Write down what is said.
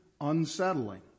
unsettling